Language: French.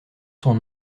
son